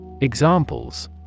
Examples